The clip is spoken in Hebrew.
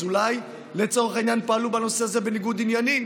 אז אולי לצורך העניין הם פעלו בנושא הזה בניגוד עניינים,